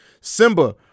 Simba